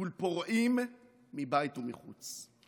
מול פורעים מבית ומחוץ,